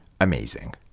amazing